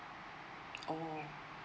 orh